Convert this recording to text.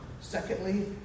Secondly